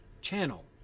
channel